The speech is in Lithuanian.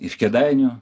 iš kėdainių